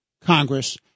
Congress